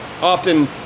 often